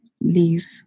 leave